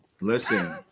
Listen